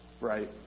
Right